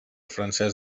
francès